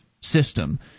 system